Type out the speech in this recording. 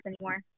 anymore